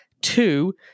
Two